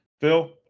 Phil